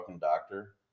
doctor